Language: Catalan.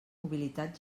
mobilitat